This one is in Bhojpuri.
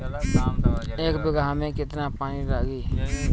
एक बिगहा में केतना पानी लागी?